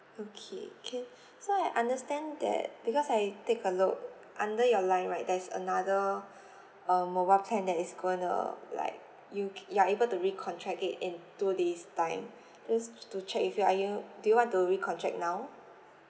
okay can so I understand that because I take a look under your line right there's another uh mobile plan that is going to like you you are able to recontract it in two days time just to check with you are you do you want to recontract now